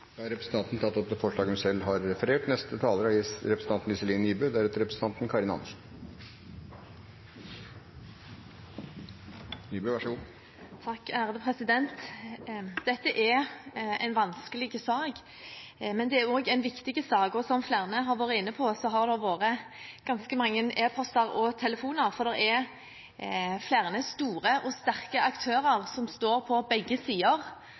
tatt opp det forslaget hun refererte til. Dette er en vanskelig sak, men det er også en viktig sak. Som flere har vært inne på, har det vært ganske mange e-poster og telefoner, for det er flere store og sterke aktører på begge sider